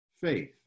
faith